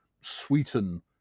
sweeten